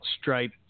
stripe